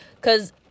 cause